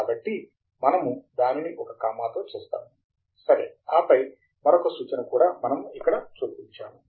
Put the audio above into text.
కాబట్టి మనము దానిని ఒక కామాతో చేస్తాము సరే ఆపై మరొక సూచన కూడా మనము ఇక్కడ చొప్పించాము